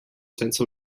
senza